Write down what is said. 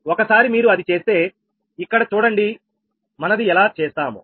ఒకసారి మీరు అది చేస్తే ఇక్కడ చూడండి మనం అది ఎలా చేస్తామో